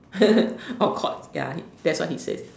all cords that what he says